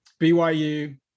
BYU